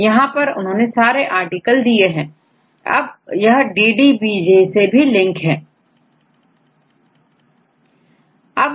यहां पर उन्होंने सारे आर्टिकल दिए हैं यहDDBJ से भी लिंक है